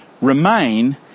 remain